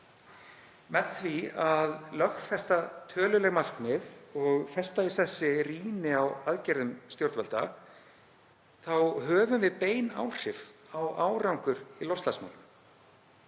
Með því að lögfesta töluleg markmið og festa í sessi rýni á aðgerðum stjórnvalda höfum við bein áhrif á árangur í loftslagsmálum.